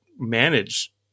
manage